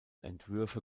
entwürfe